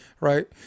right